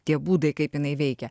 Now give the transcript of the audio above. tie būdai kaip jinai veikia